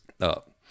up